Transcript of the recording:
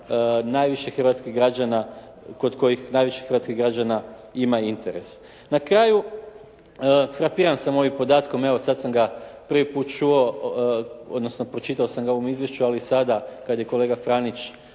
najviše hrvatskih građana, kod kojih najviše hrvatskih građana ima interes. Na kraju, frapiran sam ovim podatkom, evo sada sam ga prvi put čuo, odnosno pročitao sam ga u ovom izvješću, ali sada kada je kolega Franić